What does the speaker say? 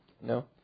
no